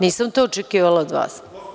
Nisam to očekivala od vas.